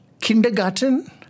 kindergarten